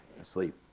asleep